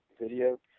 video